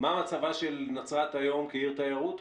מה מצבה של מצרת היום כעיר תיירות?